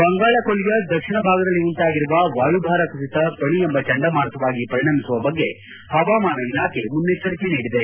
ಬಂಗಾಳ ಕೊಲ್ಲಿಯ ದಕ್ಷಿಣ ಭಾಗದಲ್ಲಿ ಉಂಟಾಗಿರುವ ವಾಯುಭಾರ ಕುಸಿತ ಪಣಿ ಎಂಬ ಚಂಡಮಾರುತವಾಗಿ ಪರಿಣಮಿಸುವ ಬಗ್ಗೆ ಹವಾಮಾನ ಇಲಾಖೆ ಮುನ್ನೆಚ್ಚರಿಕೆ ನೀಡಿದೆ